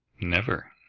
never,